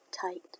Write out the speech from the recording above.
tight